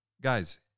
Guys